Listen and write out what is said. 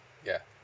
ya